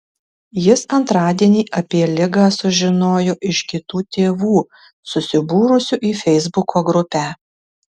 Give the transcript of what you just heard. jis antradienį apie ligą sužinojo iš kitų tėvų susibūrusių į feisbuko grupę